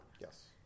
Yes